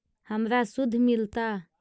हमरा शुद्ध मिलता?